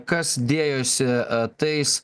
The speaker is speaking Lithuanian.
kas dėjosi tais